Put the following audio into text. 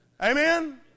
Amen